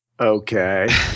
Okay